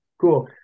cool